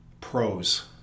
pros